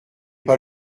pas